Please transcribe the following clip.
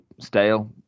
stale